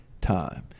time